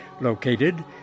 located